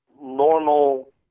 normal